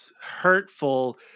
hurtful